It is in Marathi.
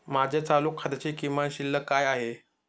माझ्या चालू खात्याची किमान शिल्लक काय आहे?